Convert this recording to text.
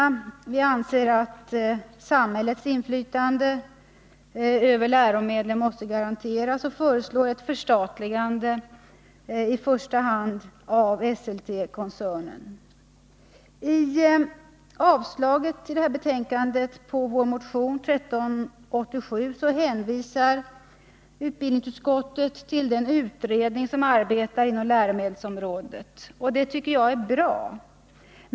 Vpk anser att samhällets inflytande över läromedlen måste garanteras och föreslår ett förstatligande, i första hand av Esseltekoncernen. I avstyrkandet av motion 1387 hänvisar utbildningsutskottet till den utredning som arbetar inom läromedelsområdet. Och det tycker jag är bra.